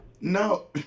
No